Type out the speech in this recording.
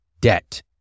debt